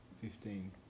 Fifteen